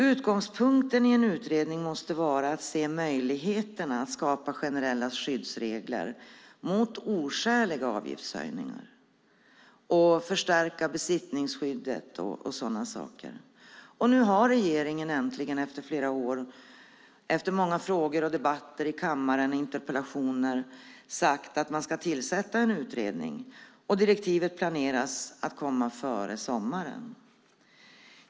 Utgångspunkten i en utredning måste vara att se möjligheterna med att skapa generella skyddsregler mot oskäliga avgiftshöjningar, förstärka besittningsskyddet och så vidare. Nu har regeringen äntligen efter flera år och efter många interpellationer och debatter i kammaren sagt att det ska tillsättas en utredning. Direktivet planeras komma före sommaren.